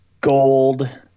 gold